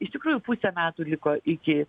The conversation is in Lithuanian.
iš tikrųjų pusę metų liko iki